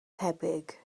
tebyg